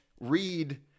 read